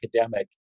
academic